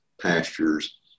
pastures